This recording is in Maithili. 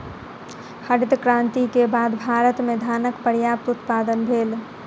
हरित क्रांति के बाद भारत में धानक पर्यात उत्पादन भेल